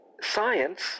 science